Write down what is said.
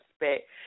respect